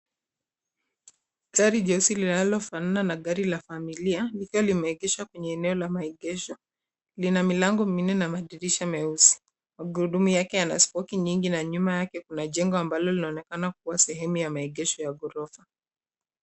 Gari jeusi linalo fanana na gari la familia likiwa limeegeshwa kwenye eneo la maegesho. Lina Milango minne na madirisha meusi. Magurudumu yake yana spoki nyingi na nyuma yake kuna jengo ambalo linaonekana kuwa sehemu ya maegesho ya ghorofa.